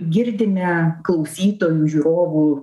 girdime klausytojų žiūrovų